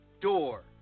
door